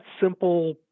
simple